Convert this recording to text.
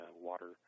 water